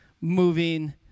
moving